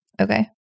Okay